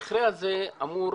המכרה הזה אמור